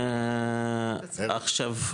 עכשיו,